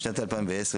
בשנת 2010,